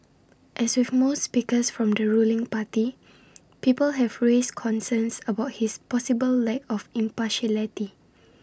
as with most speakers from the ruling party people have raised concerns about his possible lack of impartiality